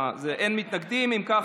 אם כך,